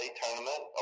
tournament